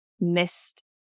missed